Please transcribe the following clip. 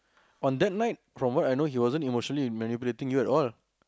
on that night from what I know he wasn't emotionally manipulating you at all